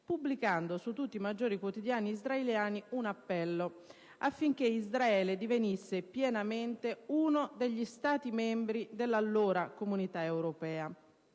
pubblicando su tutti i maggiori quotidiani israeliani un appello affinché Israele divenisse pienamente uno degli Stati membri dell'allora Comunità europea.